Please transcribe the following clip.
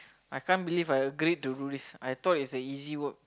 I can't believe I agreed do this I though is a easy work